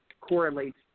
correlates